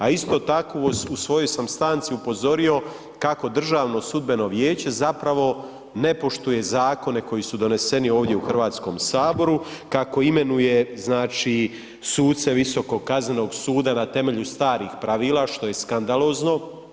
A isto tako u svojoj sam stanci upozorio kako Državno sudbeno vijeće zapravo ne poštuje zakone koji su doneseni ovdje u Hrvatskom saboru, kako imenuje znači suce Visokog kaznenog suda na temelju starih pravila što je skandalozno.